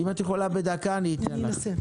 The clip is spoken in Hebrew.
אם את יכולה בדקה אז אתן לך.